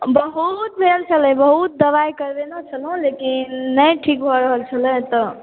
बहुत भेल छलै बहुत दबाइ करेने छलहुॅं लेकिन नहि ठीक भऽ रहल छलै तऽ